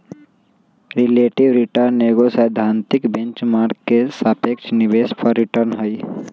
relative return एगो सैद्धांतिक benchmark के सापेक्ष निवेश पर रिटर्न हइ